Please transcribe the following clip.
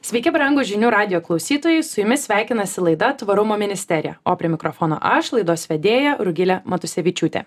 sveiki brangūs žinių radijo klausytojai su jumis sveikinasi laida tvarumo ministerija o prie mikrofono aš laidos vedėja rugilė matusevičiūtė